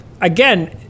again